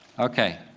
okay.